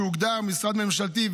שהוגדר משרד ממשלתי,